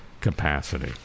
capacity